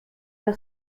der